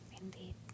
Indeed